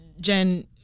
Jen